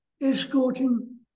escorting